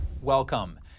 Welcome